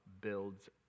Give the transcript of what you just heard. builds